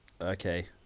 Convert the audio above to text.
Okay